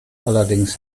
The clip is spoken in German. allerdings